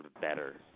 better